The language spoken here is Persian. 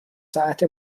ساعت